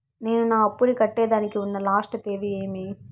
నేను నా అప్పుని కట్టేదానికి ఉన్న లాస్ట్ తేది ఏమి?